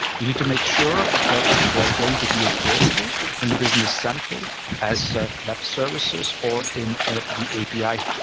we need to make sure that they are going to be available in business central as web services or in the api.